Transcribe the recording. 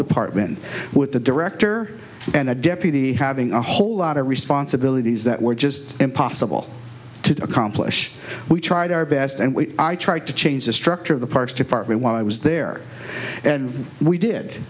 department with the director and a deputy having a whole lot of responsibilities that were just impossible to accomplish we tried our best and we tried to change the structure of the parks department while i was there and we did